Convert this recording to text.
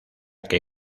que